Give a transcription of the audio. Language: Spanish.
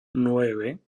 nueve